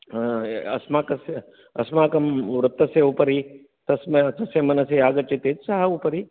अस्माकस्य अस्माकं वृत्तस्य उपरि तस्म् तस्य मनसि आगच्छति सः उपरि